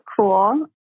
cool